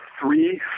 three